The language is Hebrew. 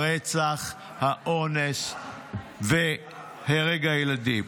הרצח, האונס והרג הילדים.